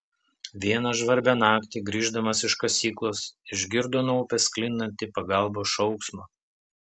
vieną žvarbią naktį grįždamas iš kasyklos išgirdo nuo upės sklindantį pagalbos šauksmą